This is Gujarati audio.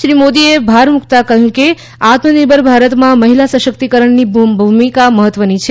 શ્રી મોદીએ ભાર મૂકતાં કહ્યું કે આત્મનિર્ભર ભારતમાં મહિલા સશક્તિકરણની મહત્વની ભૂમિકા છે